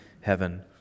heaven